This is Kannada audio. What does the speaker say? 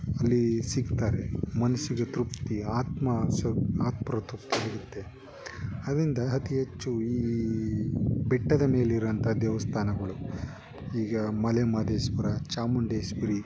ಅಲ್ಲಿ ಸಿಗ್ತಾರೆ ಮನಸ್ಸಿಗೆ ತೃಪ್ತಿ ಆತ್ಮ ಶು ಆತ್ಮ ತೃಪ್ತಿ ಇರುತ್ತೆ ಅದರಿಂದ ಅತಿ ಹೆಚ್ಚು ಈ ಬೆಟ್ಟದ ಮೇಲಿರುವಂಥ ದೇವಸ್ಥಾನಗಳು ಈಗ ಮಲೆ ಮಹದೇಶ್ವರ ಚಾಮುಂಡೇಶ್ವರಿ